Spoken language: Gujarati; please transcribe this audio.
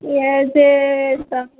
એ જે તમે